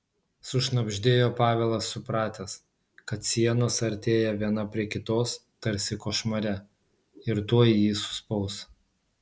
sušnabždėjo pavelas supratęs kad sienos artėja viena prie kitos tarsi košmare ir tuoj jį suspaus